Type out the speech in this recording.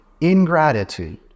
ingratitude